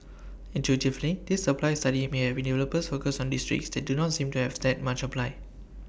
intuitively this supply study may help developers focus on districts that do not seem to have that much supply